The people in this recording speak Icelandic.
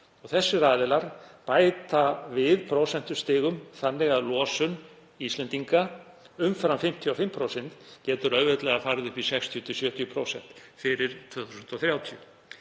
og þeir bæta við prósentustigum þannig að losun Íslendinga umfram 55% getur auðveldlega farið upp í 60–70% fyrir 2030.